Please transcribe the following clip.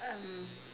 um